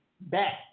back